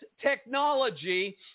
technology